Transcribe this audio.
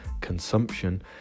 consumption